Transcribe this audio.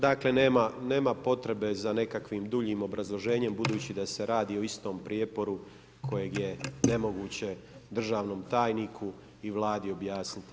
Dakle nema potrebe za nekakvim duljim obrazloženjem budući da se radi o istom prijeporu kojeg je nemoguće državnom tajniku i Vladi objasniti.